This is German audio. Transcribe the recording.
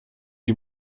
die